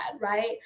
right